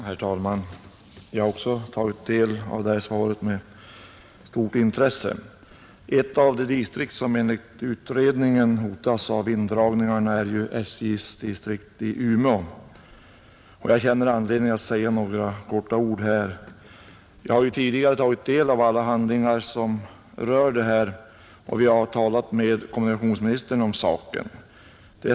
Herr talman! Jag har också med stort intresse tagit del av statsrådets svar, Ett av de distrikt som enligt utredningen hotas av indragning är SJ:s distrikt i Umeå, och jag känner därför anledning att säga några få ord. Redan tidigare har jag tagit del av alla handlingar som rör denna fråga, och jag har talat med kommunikationsministern om saken.